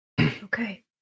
Okay